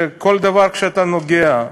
בכל דבר שאתה נוגע,